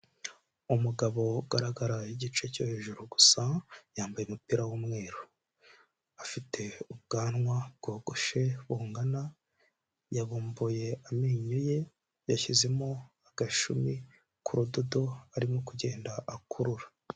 Umugabo ugaragara igice cyo hejuru gusa yambaye umupira w'umweru, afite ubwanwa bwogoshe bungana, yabumbuye amenyo ye yashyizemo agashumi k'urudodo arimo kugenda akurura.